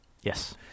Yes